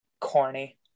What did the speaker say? corny